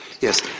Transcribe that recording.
Yes